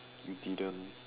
you didn't